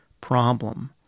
problem